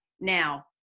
Now